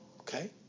Okay